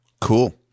Cool